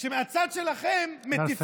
מהצד שלכם, נא לסיים.